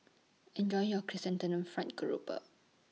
Enjoy your Chrysanthemum Fried Grouper